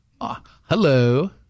Hello